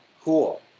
cool